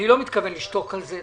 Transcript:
אני לא מתכוון לשתוק על זה.